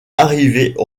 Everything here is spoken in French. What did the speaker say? arrivée